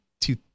two